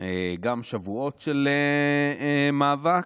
עוד שבועות של מאבק,